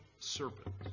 serpent